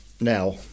now